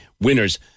winners